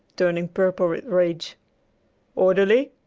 turning purple with rage orderly!